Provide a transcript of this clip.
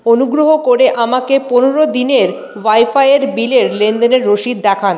অনুগ্রহ করে আমাকে পনেরো দিনের ওয়াইফাইয়ের বিলের লেনদেনের রসিদ দেখান